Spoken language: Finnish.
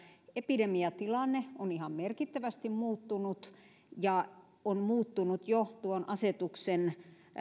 epidemiatilanne on ihan merkittävästi muuttunut ja on muuttunut jo tuon asetuksen